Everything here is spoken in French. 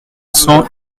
cents